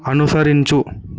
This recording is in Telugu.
అనుసరించు